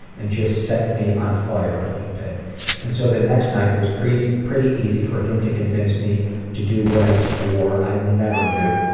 and just set me on fire a little bit and so the next night, it was pretty pretty easy for him to convince me to do what i swore i'd never do,